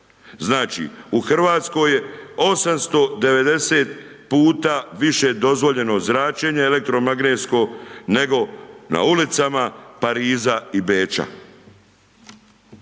Znači u Hrvatskoj 890 puta više dozvoljeno značenje elektromagnetno nego na ulicama Pariza i Beča.